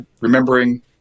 remembering